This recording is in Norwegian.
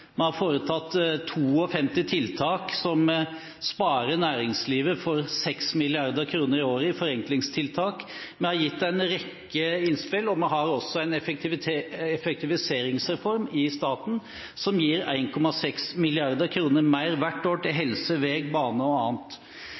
Vi har foretatt 52 tiltak – forenklingstiltak – som sparer næringslivet for 6 mrd. kr i året. Vi har gitt en rekke innspill, og vi har også en effektiviseringsreform i staten som gir 1,6 mrd. kr mer hvert år til helse, vei, bane og annet.